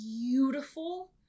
beautiful